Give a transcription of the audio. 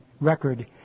record